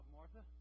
Martha